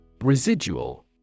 Residual